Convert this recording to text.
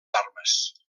armes